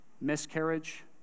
miscarriage